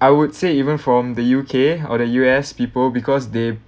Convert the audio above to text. I would say even from the U_K or the U_S people because they